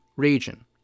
region